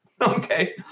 Okay